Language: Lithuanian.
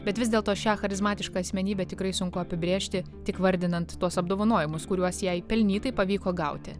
bet vis dėlto šią charizmatišką asmenybę tikrai sunku apibrėžti tik vardinant tuos apdovanojimus kuriuos jai pelnytai pavyko gauti